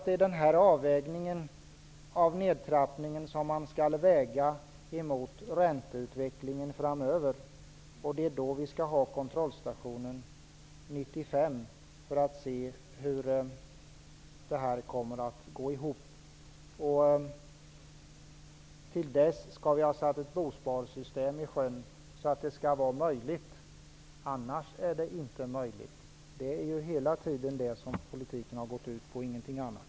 Den här avvägningen av nedtrappningen skall vägas mot ränteutvecklingen framöver, och det är för att se hur det här går ihop som vi har kontrollstationen 1995. Till dess skall vi ha satt ett bosparsystem i sjön. Annars blir detta inte möjligt. Det är det som politiken hela tiden har gått ut på och ingenting annat.